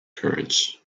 currents